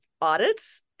audits